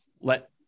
let